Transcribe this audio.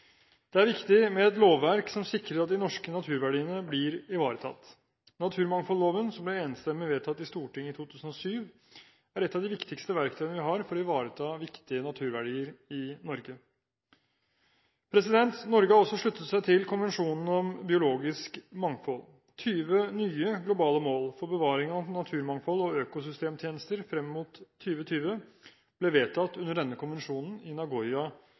Det er viktig med et lovverk som sikrer at de norske naturverdiene blir ivaretatt. Naturmangfoldloven, som ble enstemmig vedtatt i Stortinget i 2007, er et av de viktigste verktøyene vi har for å ivareta viktige naturverdier i Norge. Norge har også sluttet seg til konvensjonen om biologisk mangfold. 20 nye globale mål for bevaring av naturmangfold og økosystemtjenester frem mot 2020 ble vedtatt under denne konvensjonen i Nagoya